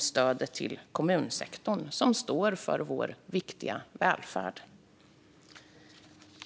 stödet till kommunsektorn, som står för vår viktiga välfärd.